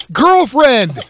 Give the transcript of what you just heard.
girlfriend